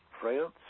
France